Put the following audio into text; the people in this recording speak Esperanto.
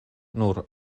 nur